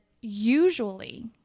usually